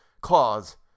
claws